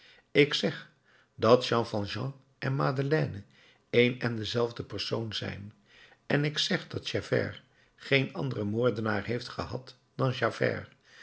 ik zeg dat jean valjean en madeleine een en dezelfde persoon zijn en ik zeg dat javert geen anderen moordenaar heeft gehad dan javert